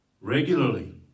regularly